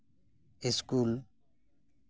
school